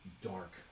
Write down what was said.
dark